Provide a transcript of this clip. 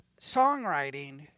songwriting